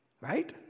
Right